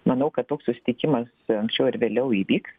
manau kad toks susitikimas anksčiau ar vėliau įvyks